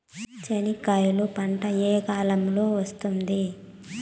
చెనక్కాయలు పంట ఏ కాలము లో వస్తుంది